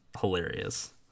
hilarious